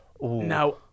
now